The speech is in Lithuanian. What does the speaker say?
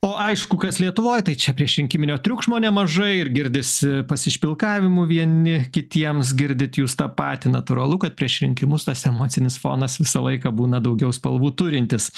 o aišku kas lietuvoj tai čia priešrinkiminio triukšmo nemažai ir girdisi pasišpilkavimų vieni kitiems girdit jūs tą patį natūralu kad prieš rinkimus tas emocinis fonas visą laiką būna daugiau spalvų turintis